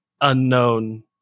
unknown